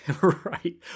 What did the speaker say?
Right